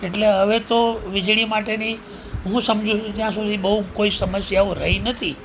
એટલે હવે તો વીજળી માટેની હું સમજું છું ત્યાં સુધી બહુ કોઈ સમસ્યાઓ રહી નથી